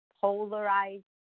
polarized